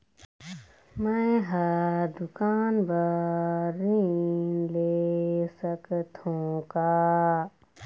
मैं हर दुकान बर ऋण ले सकथों का?